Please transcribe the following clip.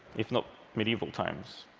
if not medieval times.